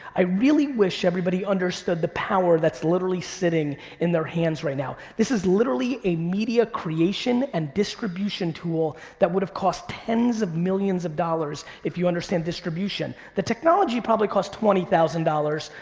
i really wish everybody understood the power that's literally sitting in their hands right now. this is literally a media creation and distribution tool that would have cost tens of millions of dollars if you understand distribution. the technology probably costs twenty thousand dollars,